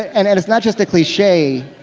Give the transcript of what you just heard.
and and it's not just a cliche.